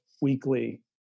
weekly